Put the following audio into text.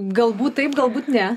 galbūt taip galbūt ne